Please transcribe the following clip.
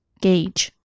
Gauge